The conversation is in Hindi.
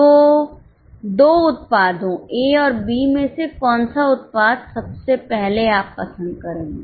तो दो उत्पादों ए और बी में से कौन सा उत्पाद सबसे पहले आप पसंद करेंगे